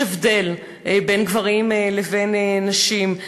יש הבדל בין גברים לבין נשים.